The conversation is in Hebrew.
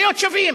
להיות שווים.